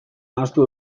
ahaztu